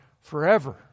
Forever